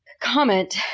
comment